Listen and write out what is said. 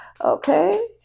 Okay